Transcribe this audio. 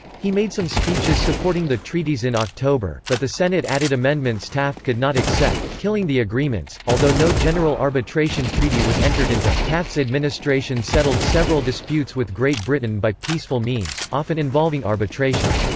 he made some speeches supporting the treaties in october, but the senate added amendments taft could not accept, killing the agreements although no general arbitration treaty was entered into, taft's administration settled several disputes with great britain by peaceful means, often involving arbitration.